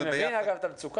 אני מבין, אגב, את המצוקה.